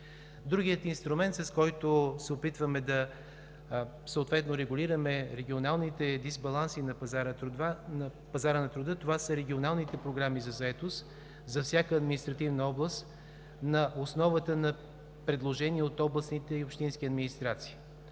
Другият инструмент, с който се опитваме да регулираме регионалните дисбаланси на пазара на труда, това са регионалните програми за заетост за всяка административна област на основата на предложение от областните и общински администрации.